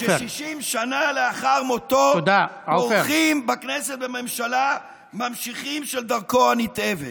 ש-60 שנה לאחר מותו פורחים בכנסת ובממשלה ממשיכים של דרכו הנתעבת.